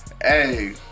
hey